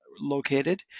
located